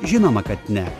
žinoma kad ne